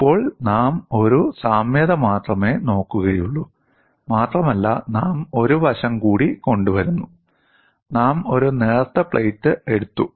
ഇപ്പോൾ നാം ഒരു സാമ്യത മാത്രമേ നോക്കുകയുള്ളൂ മാത്രമല്ല നാം ഒരു വശം കൂടി കൊണ്ടുവരുന്നു നാം ഒരു നേർത്ത പ്ലേറ്റ് എടുത്തു